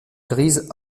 grise